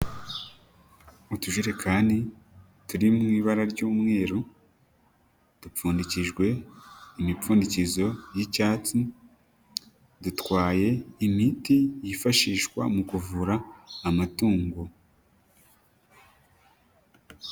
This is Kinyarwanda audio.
Utujerekani turi mu ibara ry'umweru, dupfundikijwe imipfundikizo y'icyatsi, dutwaye imiti yifashishwa mu kuvura amatungo.